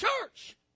church